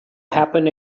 happen